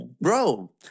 bro